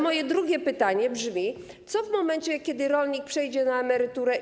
Moje drugie pytanie brzmi: Co w momencie, kiedy rolnik przejdzie na emeryturę?